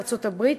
ארצות-הברית,